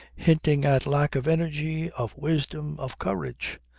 hinting at lack of energy, of wisdom, of courage.